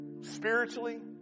spiritually